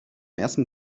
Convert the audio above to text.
ersten